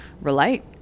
relate